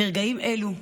לרגעים אלו,